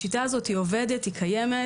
השיטה הזאת עובדת, היא קיימת,